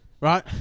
Right